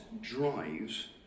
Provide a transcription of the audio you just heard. drives